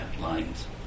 lines